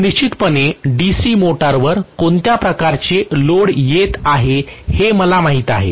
मी निश्चितपणे DC मोटरवर कोणत्या प्रकारचे लोड येत आहे हे मला माहित आहे